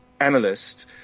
analyst